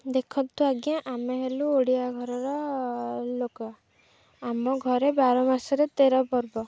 ଦେଖନ୍ତୁ ଆଜ୍ଞା ଆମେ ହେଲୁ ଓଡ଼ିଆ ଘରର ଲୋକ ଆମ ଘରେ ବାର ମାସରେ ତେର ପର୍ବ